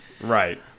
Right